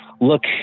look